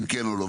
אם כן או לא.